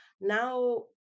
now